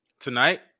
Tonight